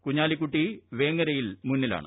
കുഞ്ഞാലിക്കുട്ടി വേങ്ങരയും മുന്നിലാണ്